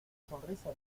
sonrisa